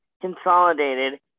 consolidated